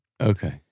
Okay